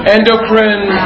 Endocrine